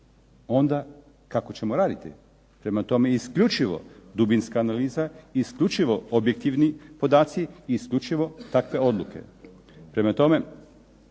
onda kako ćemo raditi. Prema tome, isključivo dubinska analiza i isključivo objektivni podaci i isključivo takve odluke.